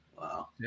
Wow